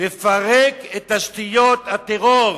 "לפרק את תשתיות הטרור,